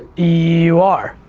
you are,